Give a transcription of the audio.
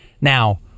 Now